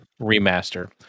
remaster